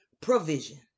Provision